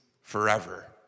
forever